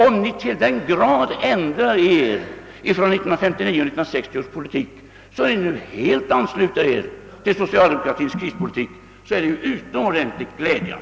Om ni till den grad ändrar er politik från 1959—1960 att ni helt ansluter er till socialdemokratins krispolitik, så är ju detta utomordentligt glädjande.